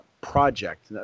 project